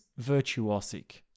virtuosic